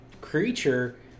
creature